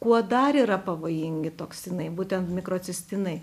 kuo dar yra pavojingi toksinai būtent mikrocistinai